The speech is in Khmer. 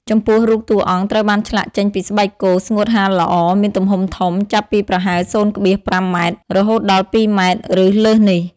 ចំពោះរូបតួអង្គត្រូវបានឆ្លាក់ចេញពីស្បែកគោស្ងួតហាលល្អ មានទំហំធំ ចាប់ពីប្រហែល ០,៥ ម៉ែត្រ រហូតដល់ ២ ម៉ែត្រ ឬលើសនេះ ។